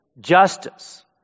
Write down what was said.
justice